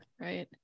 right